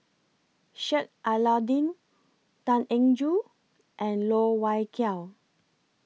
Sheik Alau'ddin Tan Eng Joo and Loh Wai Kiew